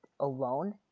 alone